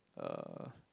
uh